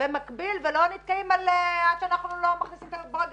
במקביל ולא נתקעים עד שלא מכניסים את הבורג